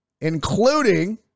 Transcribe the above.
including